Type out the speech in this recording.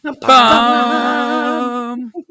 bum